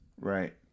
right